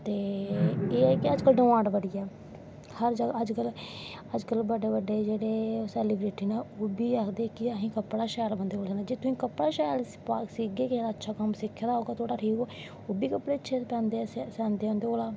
ते एह् ऐ कि अज्ज कल डिमांड़ बड़ी ऐ अज्ज कल बडड्डे बड्डे सैलिब्रिटी नै ओह् बी आखदे कि असैं कपड़ा शैल बंदे कोला दा स्याना कपड़ा शैल सीगे अच्छा सिक्खे दा होग ओह् बी कपड़े अच्चे स्यांदे उंदे कोला दा